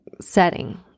setting